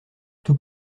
tout